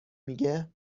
میگه